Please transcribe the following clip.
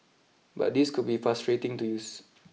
but these could be frustrating to use